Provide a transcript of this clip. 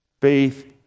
Faith